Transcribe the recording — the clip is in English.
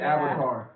Avatar